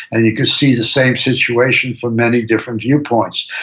and you can see the same situation from many different viewpoints,